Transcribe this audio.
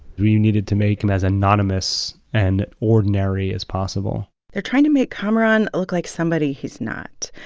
we needed to make him as anonymous and ordinary as possible they're trying to make kamaran look like somebody he's not.